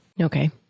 Okay